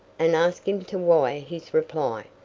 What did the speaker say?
and ask him to wire his reply.